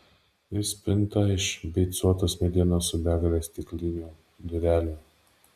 ir spinta iš beicuotos medienos su begale stiklinių durelių